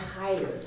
higher